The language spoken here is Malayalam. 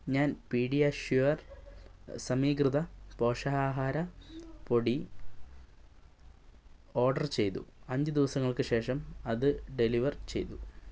ഞാൻ പീഡിയാഷ്യൂർ സമീകൃത പോഷകാഹാര പൊടി ഓർഡർ ചെയ്തു അഞ്ച് ദിവസങ്ങൾക്ക് ശേഷം അത് ഡെലിവർ ചെയ്തു